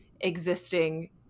existing